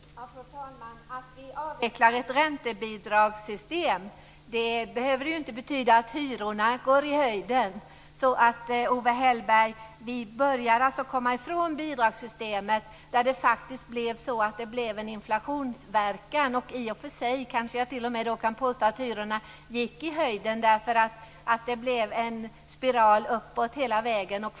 Fru talman! Att vi avvecklar ett räntebidragssystem behöver inte betyda att hyrorna går i höjden. Vi börjar alltså komma ifrån ett bidragssystem som faktiskt ledde till en inflationsverkan. I och för sig kan jag påstå att hyrorna gick i höjden därför att det blev en spiral uppåt hela vägen.